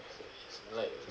like